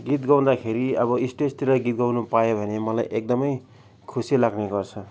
गीत गाउँदाखेरि अब स्टेजतिर गीत गाउनु पायो भने मलाई एकदमै खुसी लाग्ने गर्छ